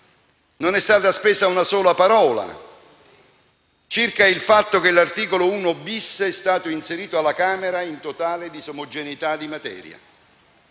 Non è stata spesa una sola parola circa il fatto che l'articolo 1-*bis* sia stato inserito alla Camera dei deputati in totale disomogeneità di materia,